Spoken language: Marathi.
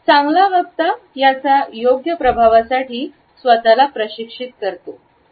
चांगला वक्ता याच्या योग्य प्रभावासाठी स्वतःला प्रशिक्षित करतो